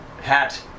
hat